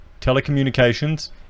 Telecommunications